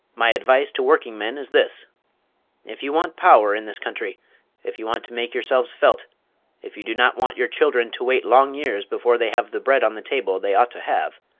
my advice to workingmen is this if you want power in this country if you want to make yourselves felt if you do not want your children to wait long years before they have the bread on the table they ought to have,